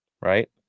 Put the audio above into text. right